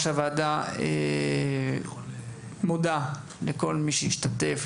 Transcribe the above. שהוועדה מודה לכל מי שהשתתף,